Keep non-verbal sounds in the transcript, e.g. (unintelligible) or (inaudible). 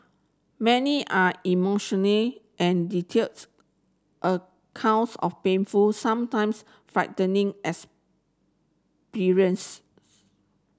many are emotionally and details accounts of painful sometimes frightening (unintelligible)